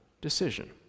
decision